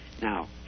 Now